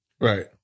Right